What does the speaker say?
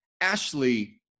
Ashley